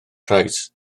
price